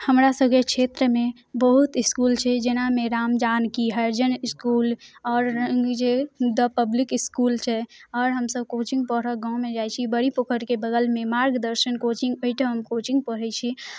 हमरा सभके क्षेत्रमे बहुत इसकूल छै जेनामे राम जानकी हरिजन इसकूल आओर ई जे द पब्लिक इसकूल छै आओर हमसभ कोचिंग पढ़ि गाँवमे जाइ छियै बोड़ी पोखरिके बगलमे मार्गदर्शन कोचिंग अहिठाम कोचिंग पढ़ै छी